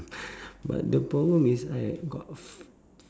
but the problem is I got f~